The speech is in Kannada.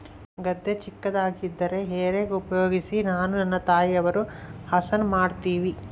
ಗದ್ದೆ ಚಿಕ್ಕದಾಗಿದ್ದರೆ ಹೇ ರೇಕ್ ಉಪಯೋಗಿಸಿ ನಾನು ನನ್ನ ತಾಯಿಯವರು ಹಸನ ಮಾಡುತ್ತಿವಿ